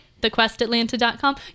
TheQuestAtlanta.com